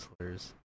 slurs